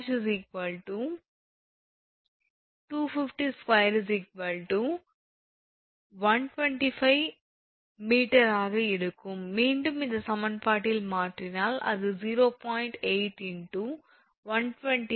𝐴𝑃 ′ 2502 125 𝑚 ஆக இருக்கும் மீண்டும் இந்த சமன்பாட்டில் மாற்றினால் அது 0